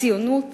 הציונות